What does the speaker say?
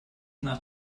nach